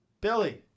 billy